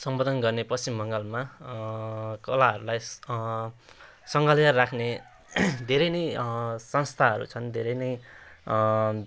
सम्बोधन गर्ने पश्चिम बङ्गालमा कलाहरूलाई सङ्गालेर राख्ने धेरै नै संस्थाहरू छन् धेरै नै